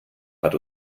hat